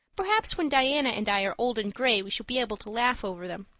perhaps when diana and i are old and gray we shall be able to laugh over them.